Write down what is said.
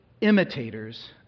imitators